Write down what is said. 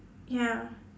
ya